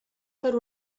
per